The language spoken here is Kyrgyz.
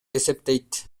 эсептейт